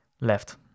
left